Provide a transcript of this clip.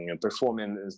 performing